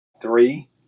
three